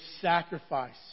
sacrifice